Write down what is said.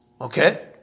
Okay